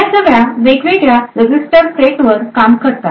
या सगळ्या वेगवेगळ्या रजिस्टर सेटवर काम करतात